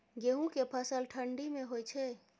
गेहूं के फसल ठंडी मे होय छै?